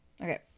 Okay